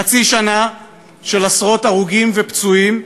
חצי שנה של עשרות הרוגים ופצועים,